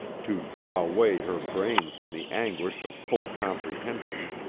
to draw away her brain from the anguish of full comprehension,